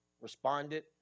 responded